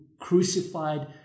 crucified